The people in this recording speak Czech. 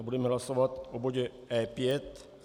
Budeme hlasovat o bodě E5.